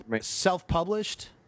self-published